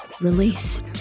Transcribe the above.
Release